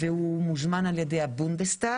והוא מוזמן על ידי הבונדסטג.